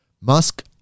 Musk